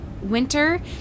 winter